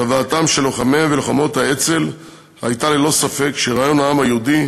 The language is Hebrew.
צוואתם של לוחמי ולוחמות האצ"ל הייתה ללא ספק שרעיון העם היהודי,